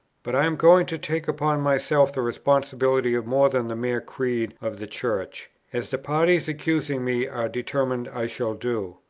but i am going to take upon myself the responsibility of more than the mere creed of the church as the parties accusing me are determined i shall do.